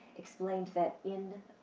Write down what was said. explained that in